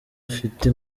afite